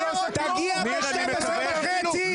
תגיע ב-12:30.